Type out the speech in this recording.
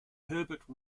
herbert